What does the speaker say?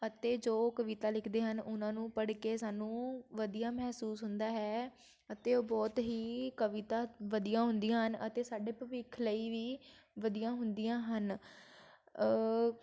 ਅਤੇ ਜੋ ਕਵਿਤਾ ਲਿਖਦੇ ਹਨ ਉਹਨਾਂ ਨੂੰ ਪੜ੍ਹ ਕੇ ਸਾਨੂੰ ਵਧੀਆ ਮਹਿਸੂਸ ਹੁੰਦਾ ਹੈ ਅਤੇ ਉਹ ਬਹੁਤ ਹੀ ਕਵਿਤਾ ਵਧੀਆ ਹੁੰਦੀਆਂ ਹਨ ਅਤੇ ਸਾਡੇ ਭਵਿੱਖ ਲਈ ਵੀ ਵਧੀਆ ਹੁੰਦੀਆਂ ਹਨ